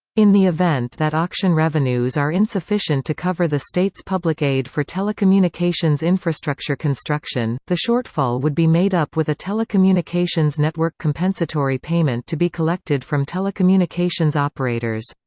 in the event that auction revenues are insufficient to cover the state's public aid for telecommunications infrastructure construction, the shortfall would be made up with a telecommunications network compensatory payment to be collected from telecommunications operators.